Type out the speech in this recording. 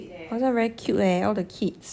!wah! this one very cute leh all the kids